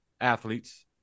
athletes